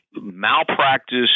malpractice